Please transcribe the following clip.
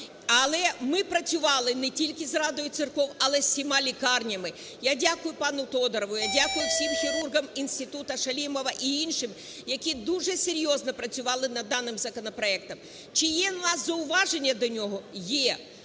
Але ми працювали не тільки з Радою церков, але зі всіма лікарнями. Я дякую пануТодурову. Я дякую всім хірургам Інституту Шалімова і іншим, які дуже серйозно працювали над даним законопроектом. Чи є в нас зауваження до нього? Є.